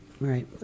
Right